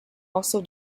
also